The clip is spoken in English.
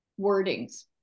wordings